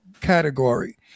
category